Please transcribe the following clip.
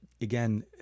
again